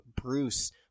Bruce